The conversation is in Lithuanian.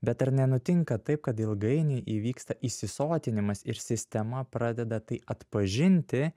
bet ar nenutinka taip kad ilgainiui įvyksta įsisotinimas ir sistema pradeda tai atpažinti